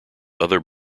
other